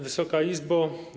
Wysoka Izbo!